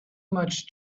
much